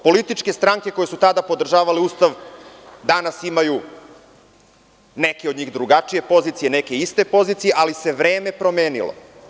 Političke stranke koje su tada podržavale Ustav danas imaju, neke od njih drugačije pozicije, neke iste pozicije, ali se vreme promenilo.